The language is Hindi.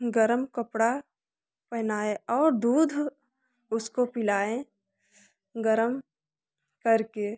गर्म कपड़ा पहनाए और दूध उसको पिलाएँ गर्म करके